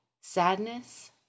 sadness